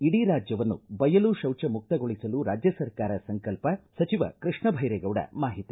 ಇಡೀ ರಾಜ್ಯವನ್ನು ಬಯಲು ತೌಜ ಮುಕ್ತ ಗೊಳಿಸಲು ರಾಜ್ಯ ಸರ್ಕಾರ ಸಂಕಲ್ಪ ಸಜಿವ ಕೃಷ್ಣ ಬೈರೇಗೌಡ ಮಾಹಿತಿ